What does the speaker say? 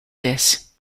this